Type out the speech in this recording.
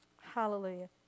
hallelujah